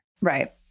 Right